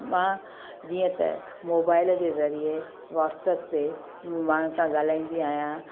मां जीअं त मोबाइल जे ज़रिए व्हाट्सऐप ते माण्हुनि सां ॻाल्हाईंदी आहियां